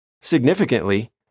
Significantly